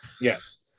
Yes